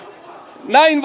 näin